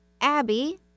Abby